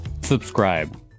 subscribe